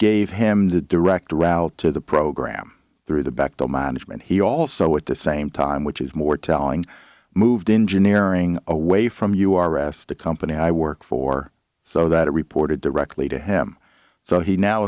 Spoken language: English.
gave him the direct route to the program through the back to management he also at the same time which is more telling moved in generic away from you r s the company i work for so that it reported directly to him so he now